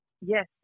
yes